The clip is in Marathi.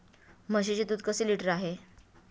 म्हशीचे दूध कसे लिटर आहे?